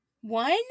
One